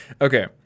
Okay